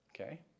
okay